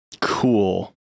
Cool